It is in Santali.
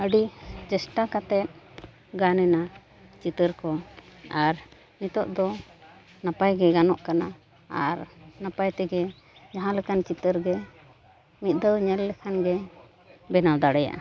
ᱟᱹᱰᱤ ᱪᱮᱥᱴᱟ ᱠᱟᱛᱮᱫ ᱜᱟᱱᱮᱱᱟ ᱪᱤᱛᱟᱹᱨ ᱠᱚ ᱟᱨ ᱱᱤᱛᱳᱜ ᱫᱚ ᱱᱟᱯᱟᱭ ᱜᱮ ᱜᱟᱱᱚᱜ ᱠᱟᱱᱟ ᱟᱨ ᱱᱟᱯᱟᱭ ᱛᱮᱜᱮ ᱡᱟᱦᱟᱸᱞᱮᱠᱟᱱ ᱪᱤᱛᱟᱹᱨ ᱜᱮ ᱢᱤᱫ ᱫᱷᱟᱣ ᱧᱮᱞ ᱞᱮᱠᱷᱟᱱ ᱜᱮ ᱵᱮᱱᱟᱣ ᱫᱟᱲᱮᱭᱟᱜᱼᱟ